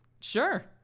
Sure